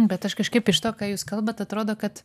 bet aš kažkaip iš to ką jūs kalbat atrodo kad